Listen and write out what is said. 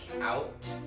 out